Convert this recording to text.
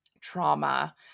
trauma